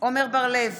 עמר בר לב,